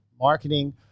marketing